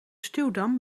stuwdam